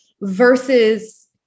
versus